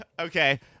okay